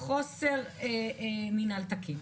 חוסר מנהל תקין.